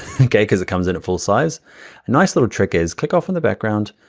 okay, cuz it comes in at full size. a nice little trick is click off in the background,